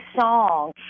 song